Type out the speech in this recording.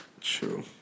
True